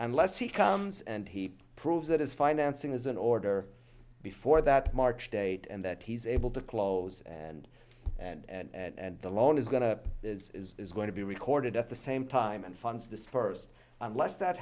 unless he comes and he proves that his financing is in order before that march date and that he's able to close and and the loan is going to is going to be recorded at the same time and funds dispersed unless that